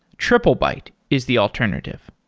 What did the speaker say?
triplebyte is the alternative.